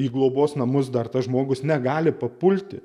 į globos namus dar tas žmogus negali papulti